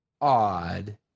odd